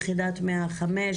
יחידת 105,